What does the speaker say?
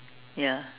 ya